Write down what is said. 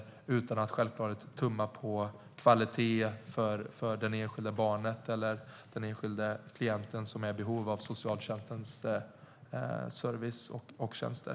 Det ska självklart göras utan att tumma på kvaliteten för det enskilda barn eller den enskilda klient som är i behov av socialtjänstens service och tjänster.